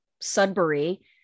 Sudbury